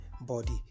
body